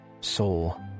soul